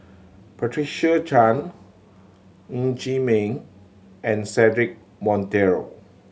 Patricia Chan Ng Chee Meng and Cedric Monteiro